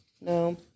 No